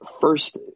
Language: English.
first